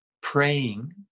praying